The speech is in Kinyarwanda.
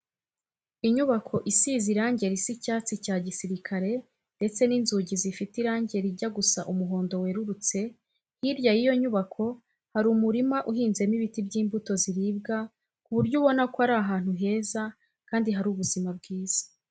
Inyubako isize irange risa icyatsi cya gisirikare ndetse n'inzugi zifite irange rijya gusa umuhondo werurutse, hirya y'iyo nyubako hari umurima uhinzemo ibiti by'imbuto ziribwa ku buryo ubona ko ari ahantu heza kandi hari ubuzima bwiza.